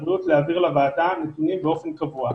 הבריאות להעביר לוועדה נתונים באופן קבוע.